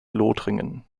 lothringen